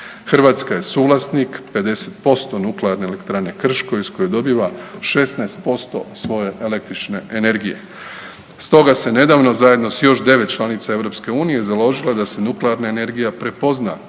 Hrvatska je suvlasnik 50% nuklearne elektrane Krško iz kojeg dobiva 16% svoje električne energije. Stoga se nedavno zajedno s još 9 članica EU-a založila da se nuklearna energija prepozna